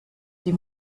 die